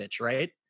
right